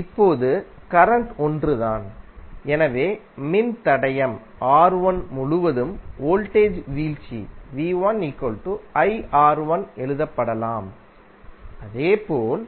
இப்போது கரண்ட் ஒன்றுதான் எனவே மின்தடையம் R1முழுவதும் வோல்டேஜ் வீழ்ச்சி எழுதப்படலாம் அதேபோல்